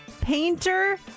Painter